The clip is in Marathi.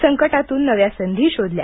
संकटातून नव्या संधी शोधल्या